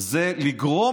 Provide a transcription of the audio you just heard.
זה לגרום